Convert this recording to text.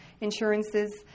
insurances